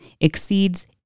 exceeds